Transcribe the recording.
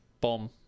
bomb